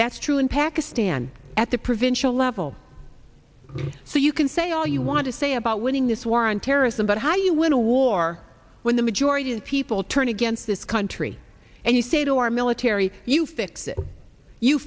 that's true in pakistan at the provincial level so you can say all you want to say about winning this war on terrorism but how do you win a war when the majority of people turn against this country and you say to our military you fix it you